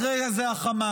אחרי זה החמאס,